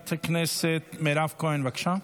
חברת הכנסת מירב כהן, בבקשה.